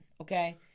Okay